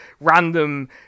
random